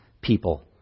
people